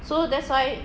so that's why